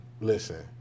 listen